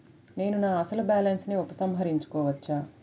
నేను నా అసలు బాలన్స్ ని ఉపసంహరించుకోవచ్చా?